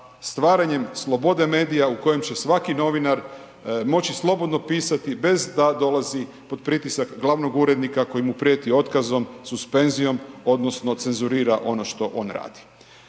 stvaranjem slobode medija u kojem će svaki novinar moći slobodno pisati bez a dolazi pod pritisak glavnog urednika koji mu prijeti otkazom, suspenzijom odnosno cenzurira ono što on radi.